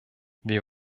wir